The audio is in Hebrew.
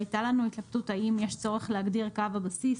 הייתה לנו התלבטות האם יש צורך להגדיר קו הבסיס,